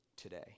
Today